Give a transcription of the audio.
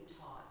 taught